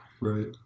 Right